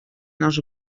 els